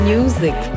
Music